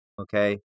Okay